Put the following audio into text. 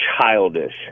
childish